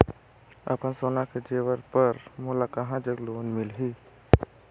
अपन सोना के जेवर पर मोला कहां जग लोन मिलही?